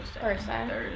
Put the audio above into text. Thursday